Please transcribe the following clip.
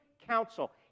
counsel